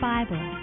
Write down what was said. Bible